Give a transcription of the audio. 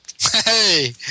Hey